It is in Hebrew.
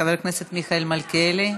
חבר הכנסת מיכאל מלכיאלי,